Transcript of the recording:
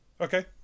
Okay